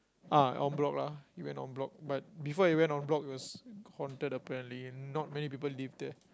ah en-bloc lah it went en-bloc but before it went en-bloc it was haunted apparently and not many people live there